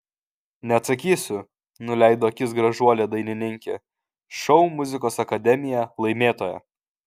neatsakysiu nuleido akis gražuolė dainininkė šou muzikos akademija laimėtoja